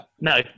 No